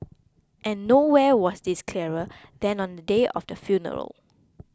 and nowhere was this clearer than on the day of the funeral